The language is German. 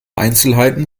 einzelheiten